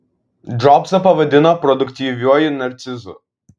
džobsą pavadino produktyviuoju narcizu